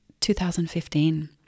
2015